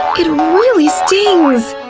it really stings.